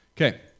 Okay